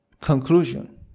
conclusion